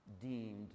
deemed